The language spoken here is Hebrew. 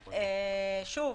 שוב,